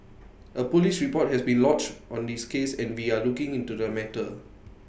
A Police report has been lodged on this case and we are looking into the matter